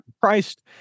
Christ